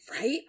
right